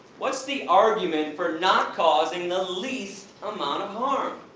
what's the argument for not causing the least amount of harm?